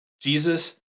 Jesus